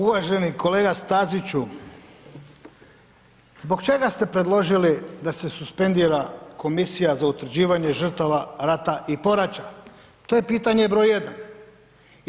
Uvaženi kolega Staziću, zbog čega ste predložili da se suspendira Komisija za utvrđivanje žrtava rata i poraća to je pitanje broj jedan?